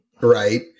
Right